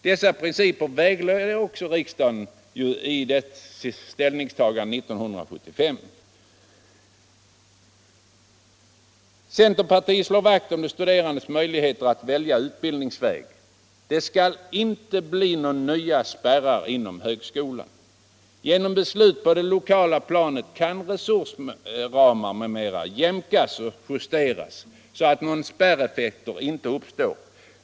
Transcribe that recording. Dessa principer vägledde också riksdagen vid dess ställningstagande 1975. Centerpartiet slår vakt om de studerandes möjlighet att välja utbildningsväg. Det skall inte bli några nya spärrar inom högskolan. Genom beslut på det lokala planet kan resursramar m.m. jämkas och justeras så att några spärreffekter inte uppstår.